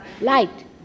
Light